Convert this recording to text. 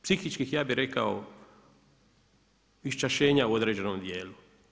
Psihičkih ja bi rekao, iščašenja u određenom dijelu.